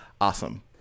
awesome